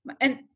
and-